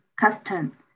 custom